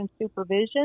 supervision